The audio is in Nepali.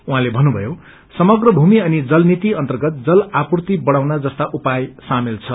उहाँले थन्नुथयो समग्र भूमि अनि जल नीति अर्न्तगत जल आपूर्ति बढाउन जस्ता उपाय सामेल छ